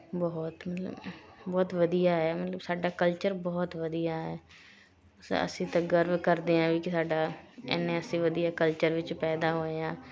ਬਹੁਤ ਮਤਲਬ ਬਹੁਤ ਵਧੀਆ ਹੈ ਮਤਲਬ ਸਾਡਾ ਕਲਚਰ ਬਹੁਤ ਵਧੀਆ ਹੈ ਸਾ ਅਸੀਂ ਤਾਂ ਗਰਵ ਕਰਦੇ ਹਾਂ ਵੀ ਕੀ ਸਾਡਾ ਇੰਨੇ ਅਸੀਂ ਵਧੀਆ ਕਲਚਰ ਵਿੱਚ ਪੈਦਾ ਹੋਏ ਹਾਂ